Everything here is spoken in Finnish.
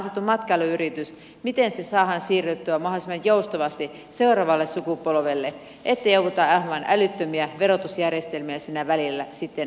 jos on maaseutumatkailuyritys miten se saadaan siirrettyä mahdollisimman joustavasti seuraavalle sukupolvelle ettei jouduta aivan älyttömiä verotusjärjestelmiä siinä välillä sitten maksamaan